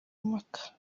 mpaka